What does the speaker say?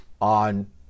on